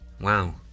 Wow